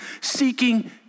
seeking